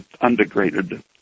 undegraded